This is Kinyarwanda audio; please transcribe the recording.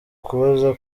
kubaza